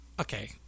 Okay